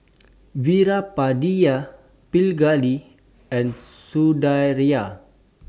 Veerapandiya Pingali and Sundaraiah